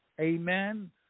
Amen